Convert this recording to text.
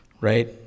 Right